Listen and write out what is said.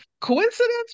coincidence